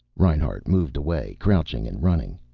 reinhart moved away, crouching and running.